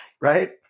right